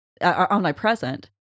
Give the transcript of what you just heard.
omnipresent